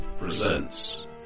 presents